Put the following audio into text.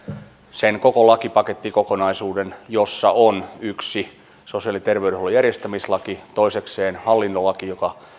sen koko lakipakettikokonaisuuden jossa on yksi sosiaali ja terveydenhuollonjärjestämislaki kaksi hallintolaki joka